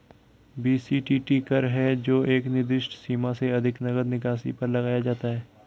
BCTT कर है जो एक निर्दिष्ट सीमा से अधिक नकद निकासी पर लगाया जाता है